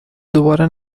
دوباره